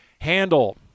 handle